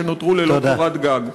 והם נותרו ללא קורת גג.